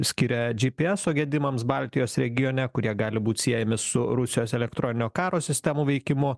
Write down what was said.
skiria dži pi eso gedimams baltijos regione kurie gali būt siejami su rusijos elektroninio karo sistemų veikimu